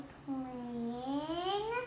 playing